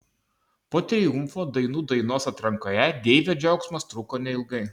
po triumfo dainų dainos atrankoje deivio džiaugsmas truko neilgai